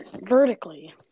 vertically